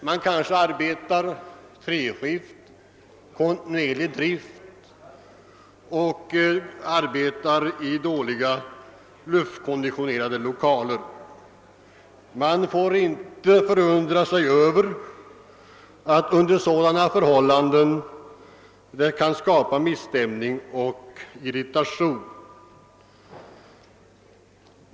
Man kanske arbetar treskift i kontinuerlig drift och i dåligt luftkonditionerade lokaler. Man får inte förundra sig över att sådana förhållanden kan skapa misstämning och irritation.